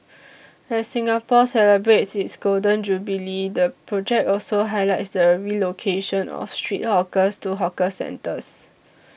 as Singapore celebrates its Golden Jubilee the project also highlights the relocation of street hawkers to hawker centres